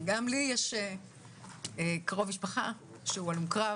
גם לי יש קרוב משפחה שהוא הלום קרב